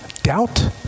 doubt